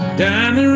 Diamond